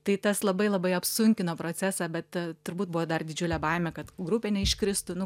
tai tas labai labai apsunkino procesą bet turbūt buvo dar didžiulė baimė kad grupė neiškristų nu